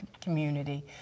community